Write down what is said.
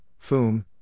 foom